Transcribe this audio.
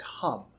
come